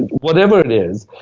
whatever it is,